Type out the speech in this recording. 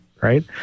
right